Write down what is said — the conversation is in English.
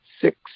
six